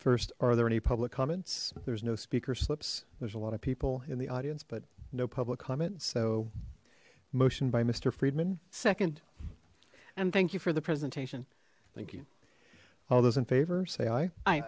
first are there any public comments there's no speaker slips there's a lot of people in the audience but no public comment so motion by mister friedman second and thank you for the presentation thank you all those in favor say